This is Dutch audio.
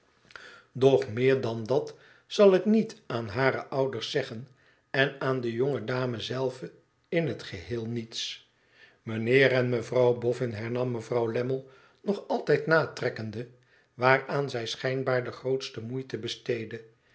doch meer dan dat zal ik niet aan hare ouders zeggen en aan de jonge dame zelve in het geheel niets mijnheer en mevrouw boffin hernam mevrouw lammie nog altijd natrekkende waaraan zij schijnbaar de grootste moeite besteedde